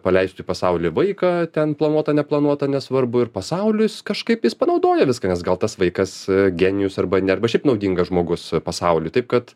paleistų į pasaulį vaiką ten planuotą neplanuotą nesvarbu ir pasauliui kažkaip jis panaudoja viską nes gal tas vaikas genijus arba ne arba šiaip naudingas žmogus pasauliui taip kad